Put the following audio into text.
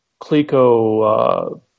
CLECO